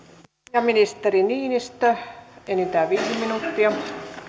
ja ministeri niinistö enintään viisi minuuttia